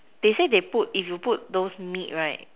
they say they put if you put those meat right